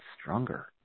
stronger